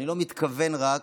אני לא מתכוון רק